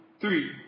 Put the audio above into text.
three